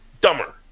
dumber